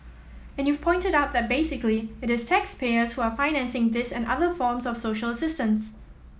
and you've pointed out that basically it is taxpayers who are financing this and other forms of social assistance